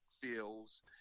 feels